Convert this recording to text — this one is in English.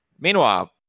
Meanwhile